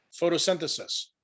photosynthesis